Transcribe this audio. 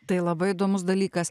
tai labai įdomus dalykas